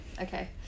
Okay